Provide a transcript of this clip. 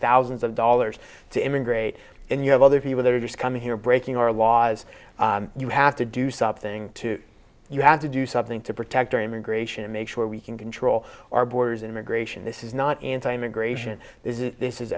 thousands of dollars to immigrate and you have other people that are just coming here breaking our laws you have to do something to you have to do something to protect our immigration make sure we can control our borders immigration this is not anti immigration this is this is